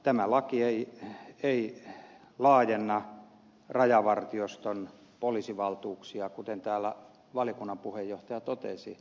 tämä laki ei laajenna rajavartioston poliisivaltuuksia kuten täällä valiokunnan puheenjohtaja totesi